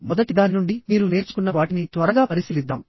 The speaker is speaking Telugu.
మొదటి దాని నుండి మీరు నేర్చుకున్న వాటిని త్వరగా పరిశీలిద్దాం